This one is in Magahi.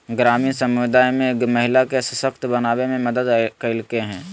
ग्रामीण समुदाय में महिला के सशक्त बनावे में मदद कइलके हइ